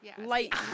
light